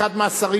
אחד השרים,